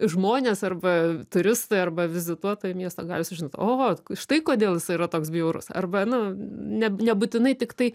žmonės arba turistai arba vizituotojai miesto gali sužinot o štai kodėl jisai yra toks bjaurus arba nu ne nebūtinai tiktai